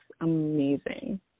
amazing